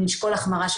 נשקול החמרה של